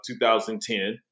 2010